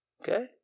okay